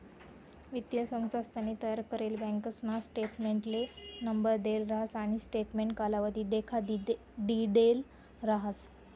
वित्तीय संस्थानसनी तयार करेल बँकासना स्टेटमेंटले नंबर देल राहस आणि स्टेटमेंट कालावधी देखाडिदेल राहस